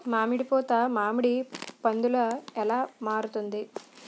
మామిడి పూత మామిడి పందుల ఎలా మారుతుంది?